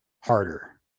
harder